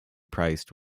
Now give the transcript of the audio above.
priced